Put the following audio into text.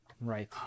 Right